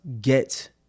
get